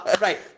right